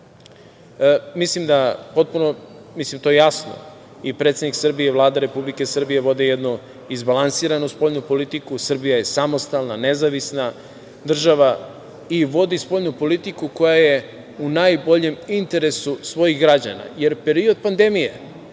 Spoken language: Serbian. mislim da potpuno, to je jasno, i predsednik Srbije i Vlada Republike Srbije vode jednu izbalansiranu spoljnu politiku, Srbija je samostalna, nezavisna država i vodi spoljnu politiku koja je u najboljem interesu svojih građana, jer period pandemije